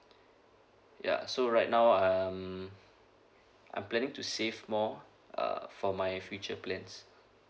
ya so right now um I'm planning to save more uh for my future plans